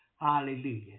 Hallelujah